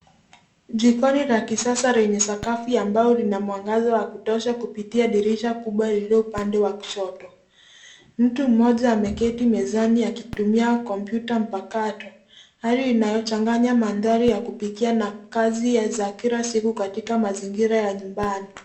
Jikoni la kisasa lenye sakafu ya mbao lina mwangaza wa kutosha kupitia dirisha kubwa lililo upande wa kushoto. Mtu mmoja ameketi mezani akitumia kompyuta mpakato, hali inayochanganya mandhari ya kupikia na kazi za kila siku katika mazingira ya nyumbani.